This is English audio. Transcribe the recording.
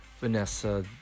Vanessa